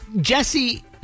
Jesse